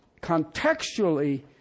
contextually